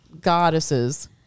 goddesses